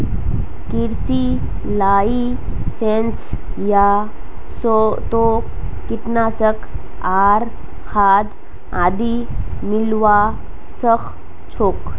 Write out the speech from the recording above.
कृषि लाइसेंस स तोक कीटनाशक आर खाद आदि मिलवा सख छोक